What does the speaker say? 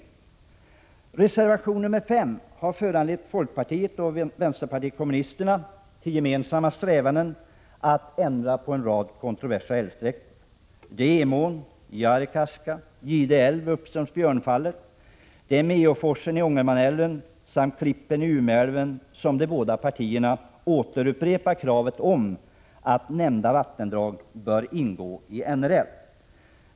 I reservation 5 har folkpartiet och vpk gemensamma strävanden, att ändra på en rad kontroversiella älvsträckor. De båda partierna återupprepar kravet på att Emån, Jaurekaska, Gide älv uppströms Björnfallet, Meåforsen i Ångermanälven samt Klippen i Umeälven bör ingå i NRL.